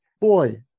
boy